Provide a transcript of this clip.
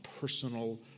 personal